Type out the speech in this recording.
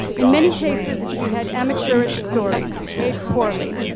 in many cases, we had amateur-ish stories, we paid poorly,